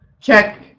check